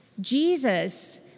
Jesus